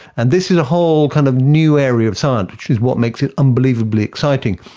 and this is a whole kind of new area of science, which is what makes it unbelievably exciting.